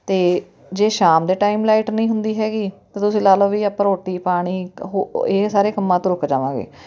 ਅਤੇ ਜੇ ਸ਼ਾਮ ਦੇ ਟਾਈਮ ਲਾਈਟ ਨਹੀਂ ਹੁੰਦੀ ਹੈਗੀ ਤਾਂ ਤੁਸੀਂ ਲਾ ਲਉ ਵੀ ਆਪਾਂ ਰੋਟੀ ਪਾਣੀ ਹੋ ਇਹ ਸਾਰੇ ਕੰਮਾਂ ਤੋਂ ਰੁਕ ਜਾਵਾਂਗੇ